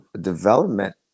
development